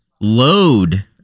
Load